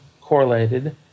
correlated